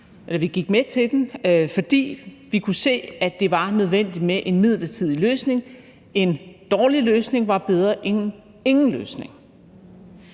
vi gik med til den, fordi vi kunne se, at det var nødvendigt med en midlertidig løsning, altså at en dårlig løsning var bedre end ingen løsning.